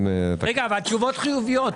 עם תשובות חיוביות.